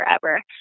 forever